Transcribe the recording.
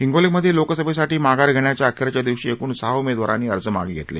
हिंगोलीमध्ये लोकसभेसाठी माघार घेण्याच्या अखेरच्या दिवशी एकूण सहा उमेदवारांनी आपले अर्ज मागे घेतले